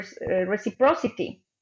reciprocity